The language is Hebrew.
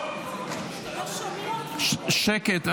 שקט.